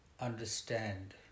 understand